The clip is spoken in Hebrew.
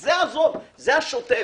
זה השוטף.